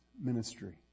ministry